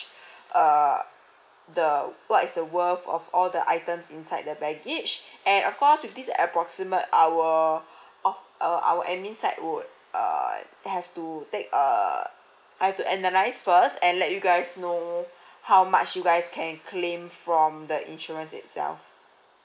uh the what is the worth of all the items inside the baggage and of course with this approximate our of uh our admin side would err have to take err have to analyse first and let you guys know how much you guys can claim from the insurance itself